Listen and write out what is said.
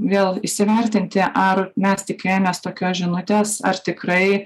vėl įsivertinti ar mes tikėjomės tokios žinutes ar tikrai